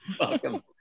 Welcome